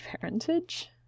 parentage